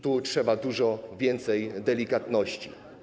Tu trzeba dużo więcej delikatności.